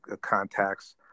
contacts